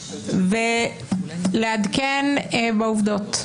ולעדכן בעובדות.